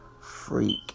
Freak